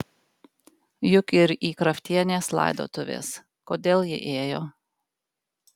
juk ir į kraftienės laidotuvės kodėl ji ėjo